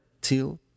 till